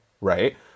Right